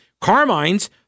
Carmine's